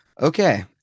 Okay